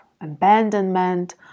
abandonment